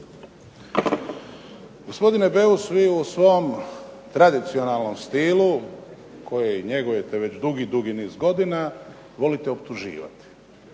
Gospodine Beus vi u svom tradicionalnom stilu, koji njegujete već dugi, dugi niz godina volite optuživati,